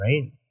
right